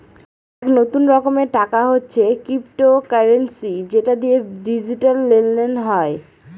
এক নতুন রকমের টাকা হচ্ছে ক্রিপ্টোকারেন্সি যেটা দিয়ে ডিজিটাল লেনদেন হয়